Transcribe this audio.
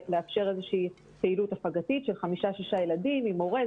לאפשר איזושהי פעילות הפגתית של חמישה-שישה ילדים עם מורה.